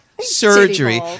surgery